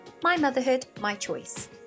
MyMotherhoodmyChoice